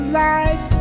life